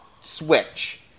switch